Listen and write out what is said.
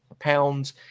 pounds